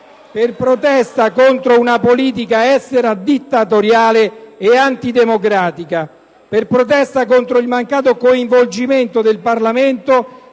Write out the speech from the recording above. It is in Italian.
per protesta contro una politica estera dittatoriale e antidemocratica, per protesta contro il mancato coinvolgimento del Parlamento